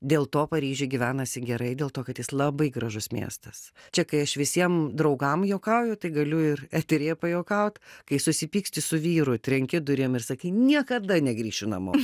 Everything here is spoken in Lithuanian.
dėl to paryžiuj gyvenasi gerai dėl to kad jis labai gražus miestas čia kai aš visiem draugam juokauju tai galiu ir eteryje pajuokaut kai susipyksti su vyru trenki durim ir sakai niekada negrįšiu namo